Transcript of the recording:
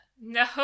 No